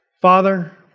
Father